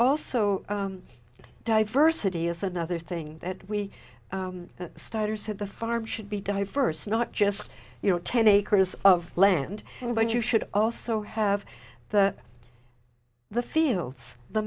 also diversity is another thing that we start or said the farm should be diverse not just you know ten acres of land but you should also have the fields the